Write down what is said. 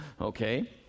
okay